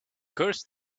curse